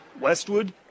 Westwood